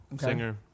singer